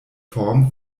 form